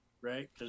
Right